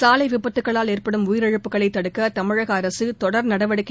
சாலை விபத்துகளால் ஏற்படும் உயிரிழப்புகளை தடுக்க தமிழக அரசு தொடர் நடவடிக்கை